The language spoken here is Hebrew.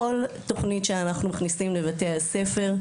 כל תוכנית שאנחנו מכניסים לבתי הספר,